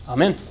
Amen